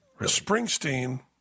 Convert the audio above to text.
Springsteen